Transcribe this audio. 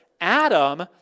Adam